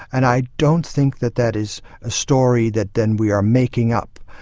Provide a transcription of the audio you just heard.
and i don't think that that is a story that then we are making up.